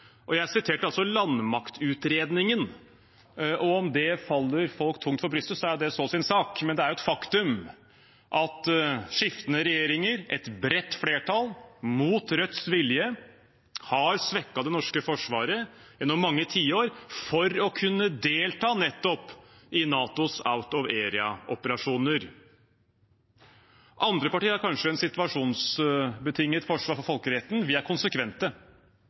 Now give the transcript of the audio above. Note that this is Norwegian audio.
Jeg siterte altså landmaktutredningen, og om det faller folk tungt for brystet, er det så sin sak, men det er et faktum at skiftende regjeringer, et bredt flertall mot Rødts vilje, har svekket det norske forsvaret gjennom mange tiår for å kunne delta nettopp i NATOs «out-of-area»-operasjoner. Andre partier har kanskje et situasjonsbetinget forsvar for folkeretten, vi er konsekvente.